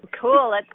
Cool